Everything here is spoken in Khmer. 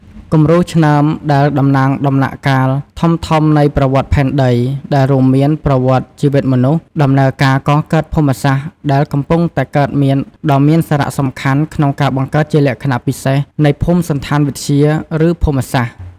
គំរូឆ្នើមដែលតំណាងដំណាក់កាលធំៗនៃប្រវត្តិផែនដីដែលរួមមានប្រវត្តិជីវិតមនុស្ស ដំណើរការកកើតភូមិសាស្រ្តដែលកំពុងតែកើតមានដ៏មានសារៈសំខាន់ក្នុងការបង្កើតជាលក្ខណពិសេសនៃភូមិសណ្ឋានវិទ្យា ឬភូមិសាស្រ្ត។